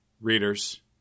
readers